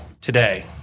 today